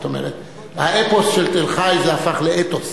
האפוס של תל-חי, זה הפך לאתוס.